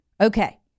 Okay